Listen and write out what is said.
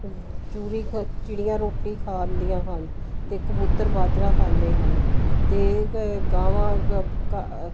ਚੂਰੀ ਕ ਚਿੜੀਆਂ ਰੋਟੀ ਖਾਂਦੀਆਂ ਹਨ ਅਤੇ ਕਬੂਤਰ ਬਾਜਰਾ ਖਾਂਦੇ ਹਨ ਅਤੇ ਕ ਗਾਵਾਂ ਘ ਘਾਹ